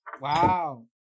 Wow